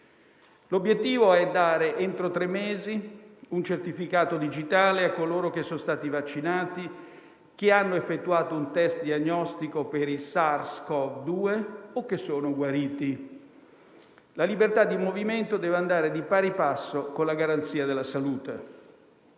L'obiettivo è dare, entro tre mesi, un certificato digitale a coloro che sono stati vaccinati, che hanno effettuato un test diagnostico per il SARS-CoV-2 o che sono guariti. La libertà di movimento deve andare di pari passo con la garanzia della salute.